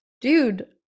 dude